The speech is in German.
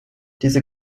diese